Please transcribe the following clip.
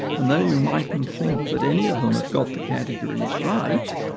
and though you mightn't think that any of them had got the categories right,